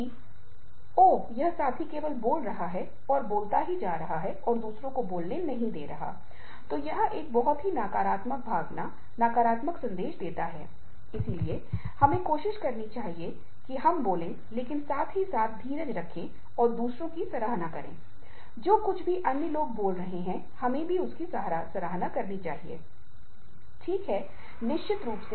और अगर हम संतुलन में दिखते हैं और जीवन की संतुष्टि भी है तो यह एक व्यक्तिपरक भावना है कि उन्होंने उन चीजों को हासिल किया है जो मैं अपने जीवन में चाहता हूं